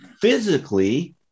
physically